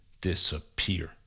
disappear